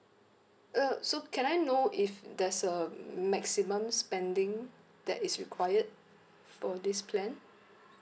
uh so can I know if there's a maximum spending that is required for this plan